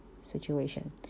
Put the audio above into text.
situation